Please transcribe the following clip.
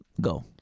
Go